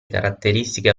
caratteristica